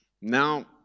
Now